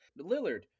Lillard